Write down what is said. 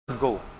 go